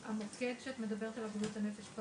המוקד שאת מדברת עליו בבריאות הנפש הוא